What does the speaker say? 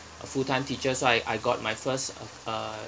a full time teacher so I I got my first uh